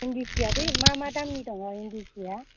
इन्दि सिया बे मा मा दामनि दं इन्दि सिया